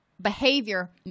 behavior